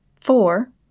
Four